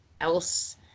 else